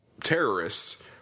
terrorists